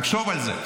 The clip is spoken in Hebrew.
תחשוב על זה.